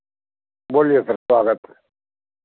बोलिए सर स्वागत है